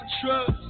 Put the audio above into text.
trust